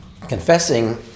confessing